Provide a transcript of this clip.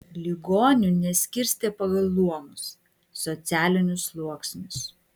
ligonių neskirstė pagal luomus socialinius sluoksnius